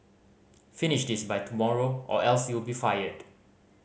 finish this by tomorrow or else you'll be fired